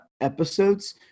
episodes